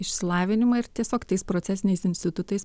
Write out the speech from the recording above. išsilavinimą ir tiesiog tais procesiniais institutais